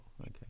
okay